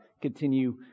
continue